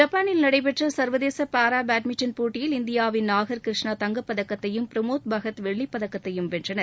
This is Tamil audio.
ஜப்பானில் நடைபெற்ற சர்வதேச பாரா பேட்மிண்டன் போட்டியில் இந்தியாவின் நாகர் கிருஷ்ணா தங்கப்பதக்கத்தையும் பிரமோத் பகத் வெள்ளிப் பதக்கத்தையும் வென்றனர்